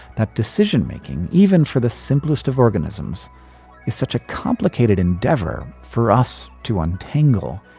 that decision-making even for the simplest of organisms is such a complicated endeavor for us to untangle.